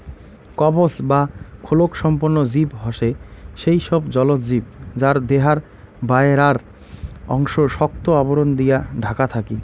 কবচ বা খোলক সম্পন্ন জীব হসে সেই সব জলজ জীব যার দেহার বায়রার অংশ শক্ত আবরণ দিয়া ঢাকা থাকি